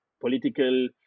political